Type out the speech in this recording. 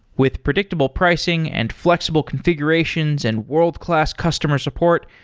with predictable pricing and flexible configurations and world-class customer support,